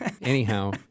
Anyhow